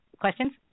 Questions